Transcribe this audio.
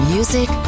Music